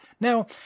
Now